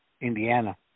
Indiana